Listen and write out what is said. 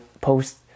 post